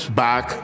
back